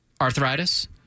arthritis